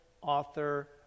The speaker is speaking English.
author